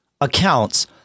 accounts